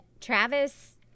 Travis